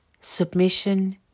submission